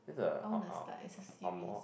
I wanna start it's a series